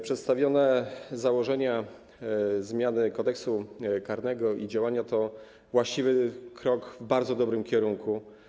Przedstawione założenia zmiany Kodeksu karnego i działania to właściwy krok w bardzo dobrym kierunku.